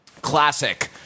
classic